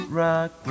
rock